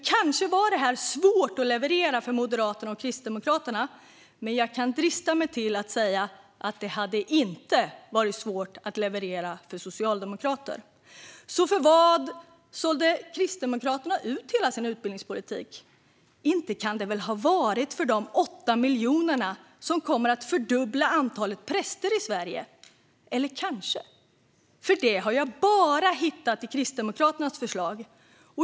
Kanske var detta svårt att leverera för Moderaterna och Kristdemokraterna, men jag kan drista mig till att säga att det inte hade varit svårt att leverera för socialdemokrater. Så för vad sålde Kristdemokraterna ut hela sin utbildningspolitik? Inte kan det väl ha varit för de 8 miljoner som kommer att fördubbla antalet präster i Sverige, eller kanske? Det har jag bara hittat i Kristdemokraternas förslag.